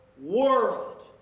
world